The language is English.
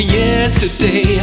yesterday